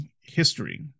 history